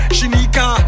Shinika